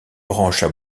branches